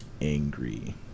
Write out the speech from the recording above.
angry